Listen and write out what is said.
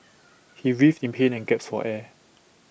he writhed in pain and gasped for air